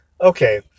okay